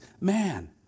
man